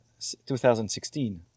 2016